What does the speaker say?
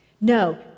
No